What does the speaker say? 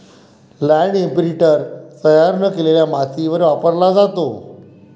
land imprinter तयार न केलेल्या मातीवर वापरला जातो